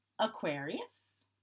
Aquarius